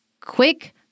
quick